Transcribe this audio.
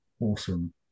awesome